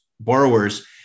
borrowers